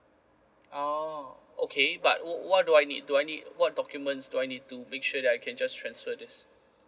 oh okay but what do I need to I need what documents do I need to make sure that I can just transfer this